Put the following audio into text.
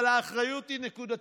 אבל האחריות היא נקודתית.